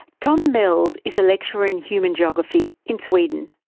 tom mels is a lecturer in human geography in sweden.